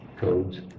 codes